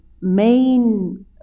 main